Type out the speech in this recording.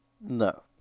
No